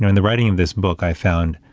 and the writing of this book, i found